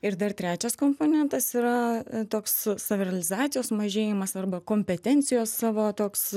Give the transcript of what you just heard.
ir dar trečias komponentas yra toks savirealizacijos mažėjimas arba kompetencijos savo toks